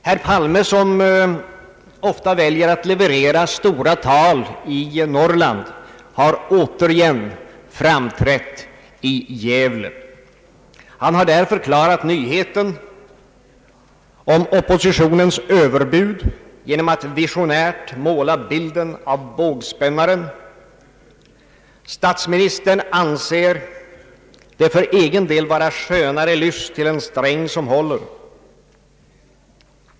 Herr Palme, som ofta väljer att leverera stora tal i Norrland, har åter framträtt i Gävle. Han har där förklarat nyheten om oppositionens överbud genom att visionärt måla bilden av strängen som brast. Statsministern anser det för egen del vara skönare lyss till en Sträng som håller.